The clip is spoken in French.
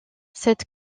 cette